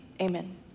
Amen